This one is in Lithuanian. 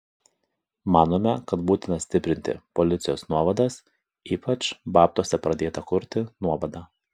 manome kad būtina stiprinti policijos nuovadas ypač babtuose pradėtą kurti nuovadą